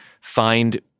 find